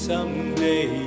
Someday